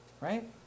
Right